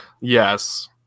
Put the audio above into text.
Yes